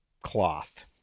cloth